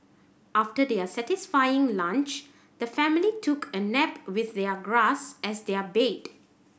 after their satisfying lunch the family took a nap with their grass as their bed